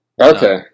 Okay